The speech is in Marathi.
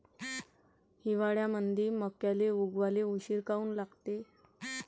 हिवाळ्यामंदी मक्याले उगवाले उशीर काऊन लागते?